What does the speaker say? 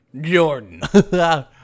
Jordan